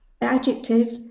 Adjective